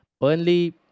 Burnley